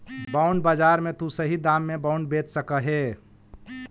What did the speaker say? bond बाजार में तु सही दाम में बॉन्ड बेच सकऽ हे